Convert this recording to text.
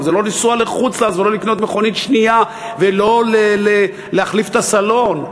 אבל זה לא לנסוע לחוץ-לארץ ולא לקנות מכונית שנייה ולא להחליף את הסלון.